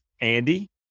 Andy